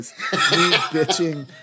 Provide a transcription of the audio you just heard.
bitching